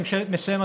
אני מסיים,